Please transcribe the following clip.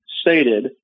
stated